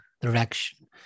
direction